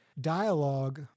dialogue